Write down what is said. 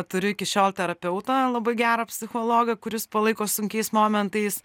turiu iki šiol terapeutą labai gerą psichologą kuris palaiko sunkiais momentais